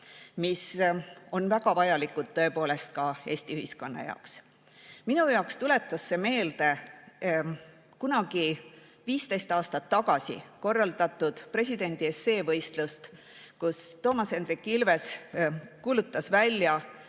mis on väga vajalikud ka Eesti ühiskonna jaoks. Mulle tuletas see meelde kunagi 15 aastat tagasi korraldatud presidendi esseevõistlust, kui Toomas Hendrik Ilves kuulutas välja